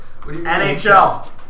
NHL